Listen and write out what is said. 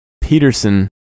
Peterson